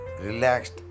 relaxed